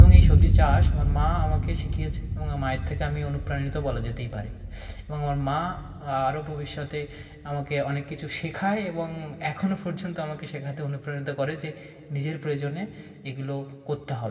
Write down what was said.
এবং এই সবজি চাষ আমার মা আমাকে শিখিয়েছে এবং আমার মায়ের থেকে আমি অনুপ্রাণিত বলা যেতেই পারে এবং আমার মা আরও ভবিষ্যতে আমাকে অনেক কিছু শেখায় এবং এখনও পর্যন্ত আমাকে শেখাতে অনুপ্রাণিত করে যে নিজের প্রয়োজনে এগুলো করতে হবে